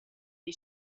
dei